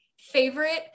favorite